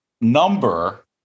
number